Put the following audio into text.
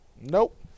Nope